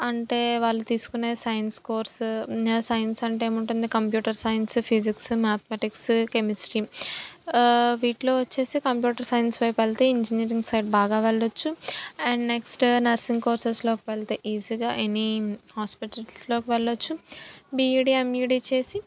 అంటే వాళ్ళు తీసుకునే సైన్స్ కోర్స్ సైన్స్ అంటే ఏముంటుంది computer science physics mathematics chemistry వీటిలో వచ్చేసి కంప్యూటర్ సైన్స్ వైపు వెళ్తే ఇంజనీరింగ్ సైడ్ బాగా వెళ్ళొచ్చు అండ్ నెక్స్ట్ నర్సింగ్ కోర్సెస్లోకి వెళ్తే ఈజీగా ఎనీ హాస్పిటల్స్లోకి వెళ్ళొచ్చు బీఈడీ ఎంఈడీ చేసి